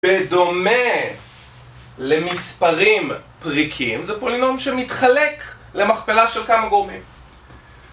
בדומה למספרים פריקים, זה פולינום שמתחלק למכפלה של כמה גורמים.